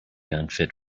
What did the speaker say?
unfit